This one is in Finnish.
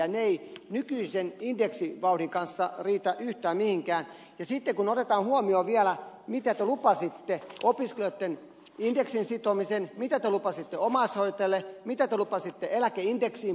ne eivät nykyisen indeksivauhdin kanssa riitä yhtään mihinkään sitten kun otetaan huomioon vielä mitä te lupasitte opiskelijoitten indeksiin sitomisesta mitä te lupasitte omaishoitajille mitä te lupasitte eläkeindeksiin puuttumisesta